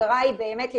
כן,